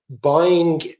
buying